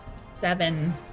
Seven